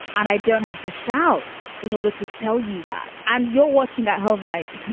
and i don't have to shouts in order to tell you that. and you're watching at home like.